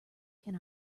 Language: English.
can